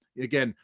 again,